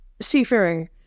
seafaring